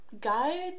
Guide